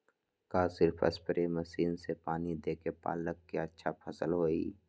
का सिर्फ spray machine से पानी देके पालक के अच्छा फसल होई?